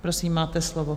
Prosím, máte slovo.